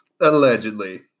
Allegedly